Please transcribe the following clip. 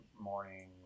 morning